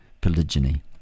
polygyny